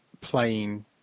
playing